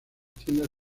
tiendas